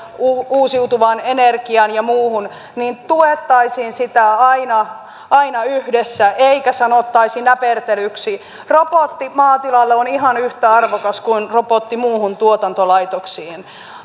uusiutuvaan energiaan ja muuhun niin tuettaisiin sitä aina aina yhdessä eikä sanottaisi näpertelyksi robotti maatilalle on ihan yhtä arvokas kuin robotti muihin tuotantolaitoksiin